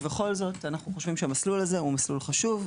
ובכל זאת אנו חשובים שהמסלול הזה הוא חשוב,